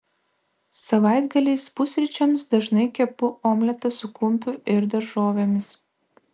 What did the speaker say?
savaitgaliais pusryčiams dažnai kepu omletą su kumpiu ir daržovėmis